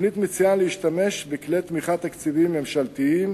התוכנית מציעה להשתמש בכלי תמיכה תקציביים ממשלתיים